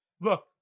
look